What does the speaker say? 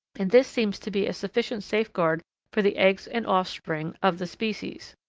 and this seems to be a sufficient safeguard for the eggs and offspring of the species.